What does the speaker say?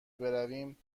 برویم